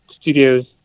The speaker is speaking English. studios